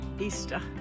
Easter